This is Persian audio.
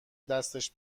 دستش